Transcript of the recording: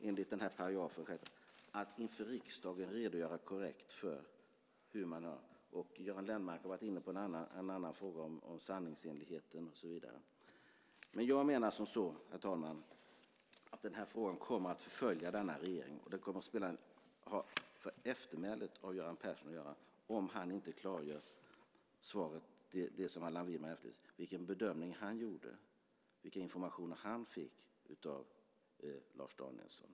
Enligt den här paragrafen ingår det också att inför riksdagen redogöra korrekt för hur man har gjort. Göran Lennmarker har varit inne på en annan fråga - den om sanningsenligheten och så vidare. Jag menar, herr talman, att den här frågan kommer att förfölja denna regering. Den kommer att ha betydelse för Göran Perssons eftermäle om han inte klargör det svar som Allan Widman efterlyser - vilken bedömning han gjorde och vilken information han fick av Lars Danielsson.